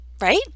Right